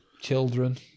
children